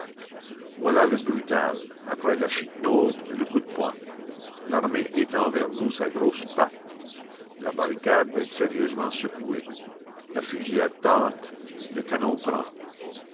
voilà le brutal après la chiquenaude le coup de poing l'armée étend vers nous sa grosse patte la barricade va être sérieusement secouée la fusillade tâte le canon prend